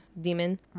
demon